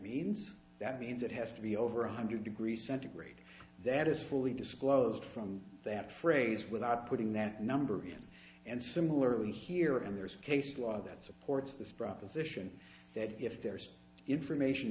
means that means it has to be over one hundred degrees centigrade that is fully disclosed from that phrase without putting that number again and similarly here and there is case law that supports this proposition that if there's information